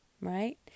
right